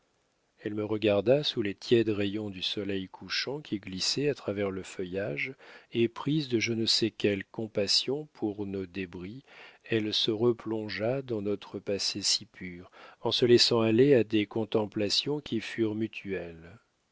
elle me regarda sous les tièdes rayons du soleil couchant qui glissaient à travers le feuillage et prise de je ne sais quelle compassion pour nos débris elle se replongea dans notre passé si pur en se laissant aller à des contemplations qui furent mutuelles